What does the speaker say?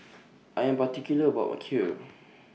I Am particular about My Kheer